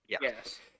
Yes